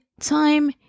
time